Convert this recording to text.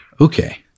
okay